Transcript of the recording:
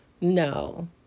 no